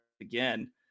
again